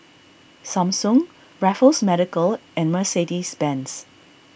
Samsung Raffles Medical and Mercedes Benz